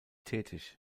tätig